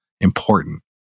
important